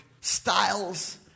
styles